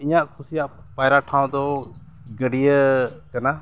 ᱤᱧᱟᱹᱜ ᱠᱩᱥᱤᱭᱟᱜ ᱯᱟᱭᱨᱟ ᱴᱷᱟᱶ ᱫᱚ ᱜᱟᱹᱰᱭᱟᱹ ᱠᱟᱱᱟ